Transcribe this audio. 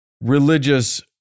religious